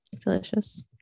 delicious